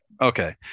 okay